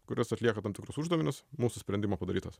kuris atlieka tam tikrus uždavinius mūsų sprendimu padarytus